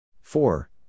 Four